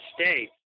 States